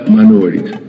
minorities